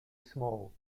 small